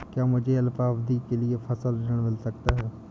क्या मुझे अल्पावधि के लिए फसल ऋण मिल सकता है?